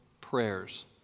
prayers